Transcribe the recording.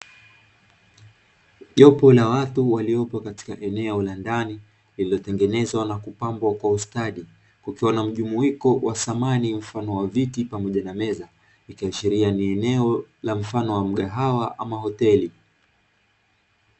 Jopo la watu waliyopo eneo la ndani, lililotengenezwa na kupambwa kwa ustadi kukiwa na mjumuiko wa samani mfano wa viti pamoja na meza. Likiashiria ni eneo la mfano wa mgahawa au hoteli.